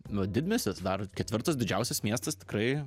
nu didmiestis dar ketvirtas didžiausias miestas tikrai